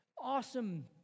awesome